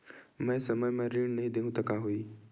मैं समय म ऋण नहीं देहु त का होही